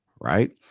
Right